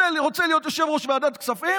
רוצה להיות יושב-ראש ועדת הכספים